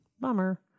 bummer